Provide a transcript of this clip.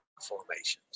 formations